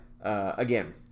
Again